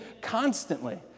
constantly